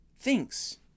thinks